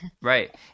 Right